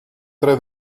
tre